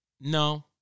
no